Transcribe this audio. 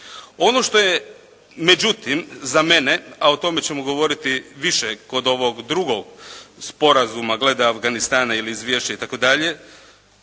Ono što je međutim za mene, a o tome ćemo govoriti više kod ovog drugog sporazuma glede Afganistana ili izvješće itd.